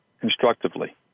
constructively